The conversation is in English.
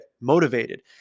motivated